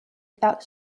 without